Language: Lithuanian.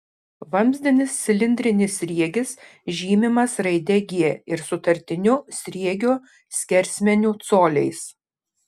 vamzdinis cilindrinis sriegis žymimas raide g ir sutartiniu sriegio skersmeniu coliais